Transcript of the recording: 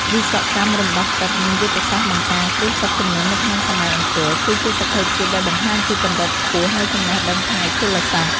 វិស្វកម្មរំដោះទឹក និងយុទ្ធសាស្ត្របង្ការគ្រោះទឹកជំនន់នៅក្នុងសម័យអង្គរ គឺជាសក្ខីភាពដែលបង្ហាញពីកម្រិតខ្ពស់នៃចំណេះដឹងផ្នែកជលសាស្ត្រ។